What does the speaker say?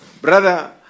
Brother